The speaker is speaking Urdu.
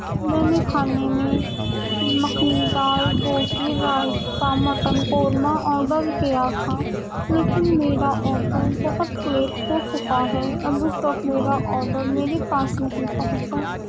میں نے کھانے میں مکھنی دال روٹی رائیتا مٹن قورمہ آڈر کیا تھا لیکن میرا آڈر بہت لیٹ ہو چکا ہے ابھی تک میرا آڈر میرے پاس نہیں پہنچا